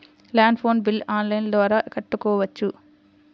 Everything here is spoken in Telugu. ల్యాండ్ ఫోన్ బిల్ ఆన్లైన్ ద్వారా కట్టుకోవచ్చు?